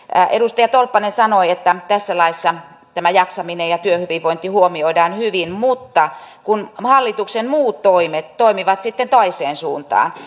edustaja tolppanen sanoi että tässä laissa jaksaminen ja työhyvinvointi huomioidaan hyvin mutta hallituksen muut toimet toimivat sitten toiseen suuntaan